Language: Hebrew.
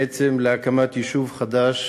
בעצם להקמת יישוב חדש